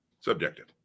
subjective